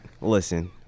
Listen